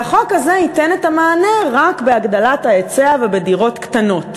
והחוק הזה ייתן את המענה רק בהגדלת ההיצע ובדירות קטנות,